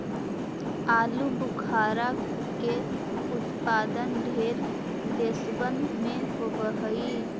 आलूबुखारा के उत्पादन ढेर देशबन में होब हई